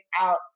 out